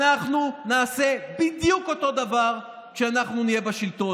אנחנו נעשה בדיוק אותו דבר כשאנחנו נהיה בשלטון.